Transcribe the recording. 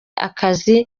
akazi